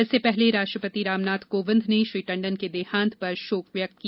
इससे पहले राष्ट्रपति रामनाथ कोविंद ने श्री टंडन के देहांत पर शोक व्यक्त किया